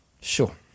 Sure